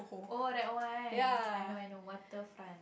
oh that one I know I know Water Front